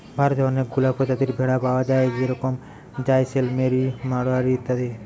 ভারতে অনেকগুলা প্রজাতির ভেড়া পায়া যায় যেরম জাইসেলমেরি, মাড়োয়ারি ইত্যাদি